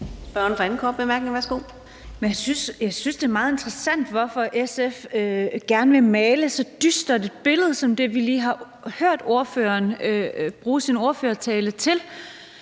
Jeg synes, det er meget interessant, hvorfor SF gerne vil male så dystert et billede som det, vi lige har hørt ordføreren bruge sin ordførertale på,